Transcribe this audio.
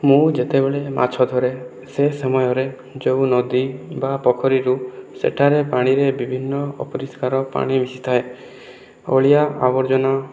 ମୁଁ ଯେତେବେଳେ ମାଛ ଧରେ ସେ ସମୟରେ ଯେଉଁ ନଦୀ ବା ପୋଖରୀରୁ ସେଠାରେ ପାଣିରେ ବିଭିନ୍ନ ଅପରିଷ୍କାର ପାଣି ମିଶି ଥାଏ ଅଳିଆ ଆବର୍ଜନା